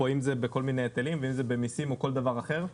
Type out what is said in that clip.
אם זה בכל מיני היטלים ואם זה במיסים או בכל דבר אחר.